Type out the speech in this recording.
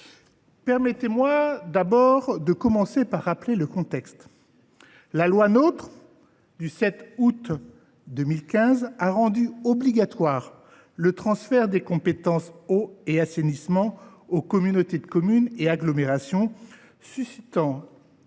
Permettez moi de commencer par rappeler le contexte. La loi NOTRe du 7 août 2015 a rendu obligatoire le transfert des compétences « eau » et « assainissement » aux communautés de communes et d’agglomération, suscitant